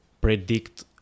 predict